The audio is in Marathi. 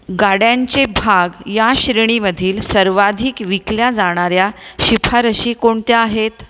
गाड्यांचे भाग या श्रेणीमधील सर्वाधिक विकल्या जाणाऱ्या शिफारशी कोणत्या आहेत